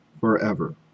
forever